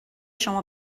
شما